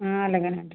అలాగే అండి